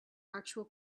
actual